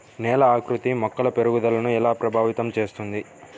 నేల ఆకృతి మొక్కల పెరుగుదలను ఎలా ప్రభావితం చేస్తుంది?